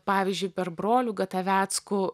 pavyzdžiui per brolių gataveckų